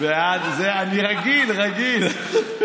תמיד אתה אומר, אני רגיל, רגיל.